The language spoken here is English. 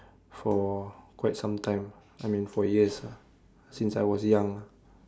for quite some time I mean for years lah since I was young